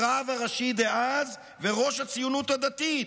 הרב הראשי דאז וראש הציונות הדתית.